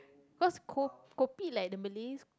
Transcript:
cause ko~ kopi like the Malays